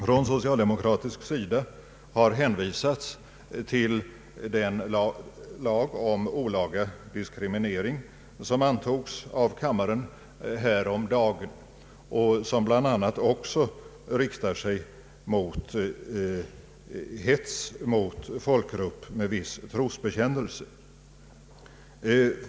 Från socialdemokratisk sida har hänvisats till den lag om olaga diskriminering som antogs av kammaren häromdagen och som bl.a. också riktar sig mot hets mot folkgrupp med viss trosbekännelse.